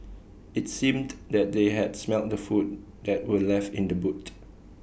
IT seemed that they had smelt the food that were left in the boot